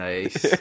Nice